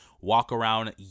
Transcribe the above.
walk-around